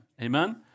Amen